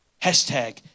Hashtag